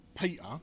Peter